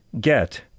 get